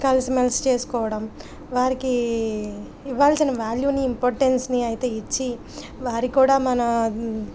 కలిసిమెలిసి చేసుకోవడం వారికి ఇవ్వాల్సిన వ్యాల్యూని ఇంపార్టెన్స్ని అయితే ఇచ్చి వారి కూడా మన